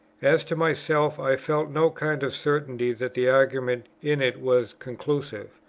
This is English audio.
as to myself, i felt no kind of certainty that the argument in it was conclusive.